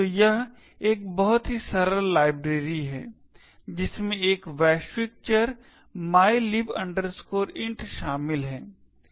तो यह एक बहुत ही सरल लाइब्रेरी है जिसमें एक वैश्विक चर mylib int शामिल है